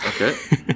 Okay